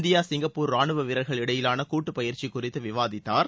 India Singapore ராணுவ வீரர்கள் இடையிலான கூட்டுப் பயிற்சி குறித்து விவாதித்தார்